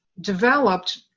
developed